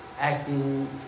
acting